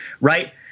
right